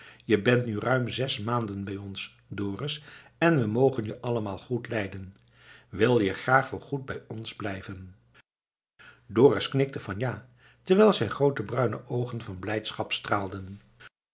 je bent nu ruim zes maanden bij ons dorus en we mogen je allemaal goed lijden wil je graag voorgoed bij ons blijven dorus knikte van ja terwijl zijn groote bruine oogen van blijdschap straalden